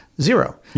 zero